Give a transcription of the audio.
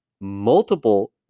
multiple